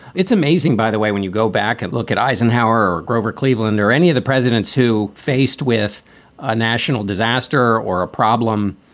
it's amazing. by the way, when you go back and look at eisenhower or grover cleveland or any of the presidents who faced with a national disaster or a problem,